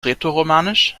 rätoromanisch